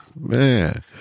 Man